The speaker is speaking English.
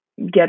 get